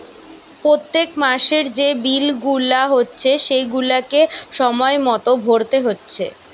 পোত্তেক মাসের যে বিল গুলা হচ্ছে সেগুলাকে সময় মতো ভোরতে হচ্ছে